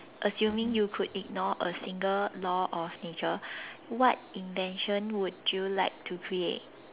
assuming you could ignore a single law of nature what invention would you like to create